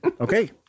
Okay